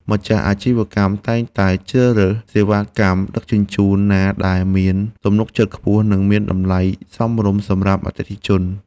ម្ចាស់អាជីវកម្មតែងតែជ្រើសរើសសេវាកម្មដឹកជញ្ជូនណាដែលមានទំនុកចិត្តខ្ពស់ និងមានតម្លៃសមរម្យសម្រាប់អតិថិជន។